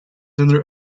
under